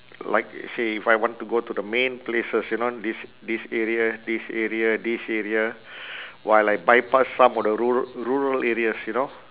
like say if I want to go to the main places you know this this area this area this area while I bypass some of the ru~ rural areas you know